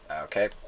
Okay